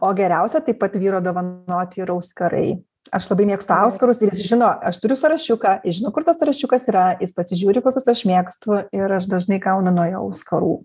o geriausia taip pat vyro dovanoti yra auskarai aš labai mėgstu auskarus ir jis žino aš turiu sąrašiuką jis žino kur tas sąrašiukas yra jis pasižiūri kokius aš mėgstu ir aš dažnai gaunu nuo jo auskarų